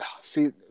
See